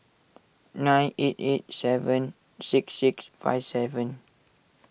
nine eight eight seven six six five seven